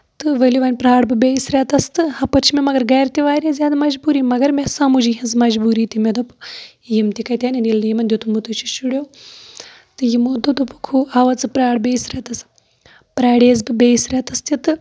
تہٕ ؤلو وَن پِرارٕ بہٕ بیٚیِس رٮ۪تَس تہٕ ہُپٲرۍ چھِ مےٚ مَگر گرِ تہِ واریاہ زیادٕ مَجبوٗری مَگر مےٚ سَمجھ یِہنٛز مَجبوٗری تہِ مےٚ دوٚپ یِم تہِ کَتہِ اَنن ییٚلہِ نہٕ یِمن دویُمُتٕے چھُ شُریو تہٕ یِمو دوٚپ دوٚپکھ ہُہ وا ژٕ پرار بیٚیِس رٮ۪تَس پِرارییَس بہٕ بیٚیِس رٮ۪تَس تہِ تہٕ